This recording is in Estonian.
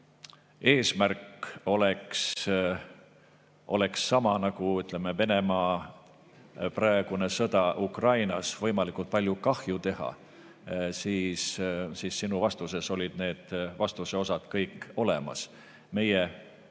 eesmärk oleks sama nagu, ütleme, Venemaa praegusel sõjal Ukrainas, võimalikult palju kahju teha, siis sinu vastuses olid need vastuse osad kõik olemas.